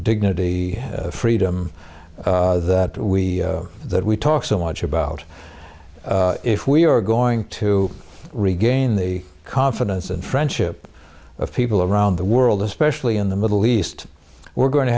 dignity freedom that we that we talk so much about if we are going to regain the confidence and friendship of people around the world especially in the middle east we're going to